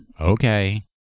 Okay